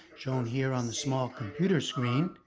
shown here on the small computer screen,